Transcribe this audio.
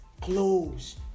clothes